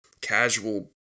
casual